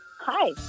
hi